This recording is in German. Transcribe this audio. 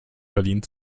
berlin